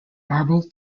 marble